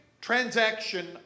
transaction